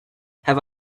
have